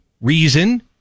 reason